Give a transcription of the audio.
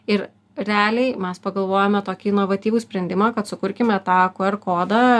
ir realiai mes pagalvojome tokį inovatyvų sprendimą kad sukurkime tako kuer kodą